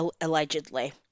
allegedly